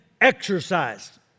exercised